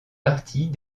partie